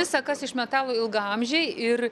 visa kas iš metalo ilgaamžiai ir